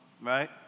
right